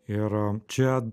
ir čia